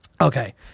Okay